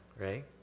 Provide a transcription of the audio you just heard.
right